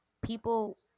people